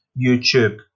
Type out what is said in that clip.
YouTube